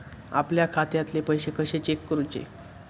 आपल्या खात्यातले पैसे कशे चेक करुचे?